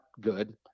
good